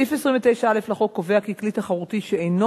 סעיף 29(א) לחוק קובע כי כלי תחרותי שאינו